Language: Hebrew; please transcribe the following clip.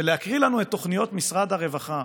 ולהקריא לנו את תוכניות משרד הרווחה